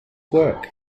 work